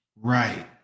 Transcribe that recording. Right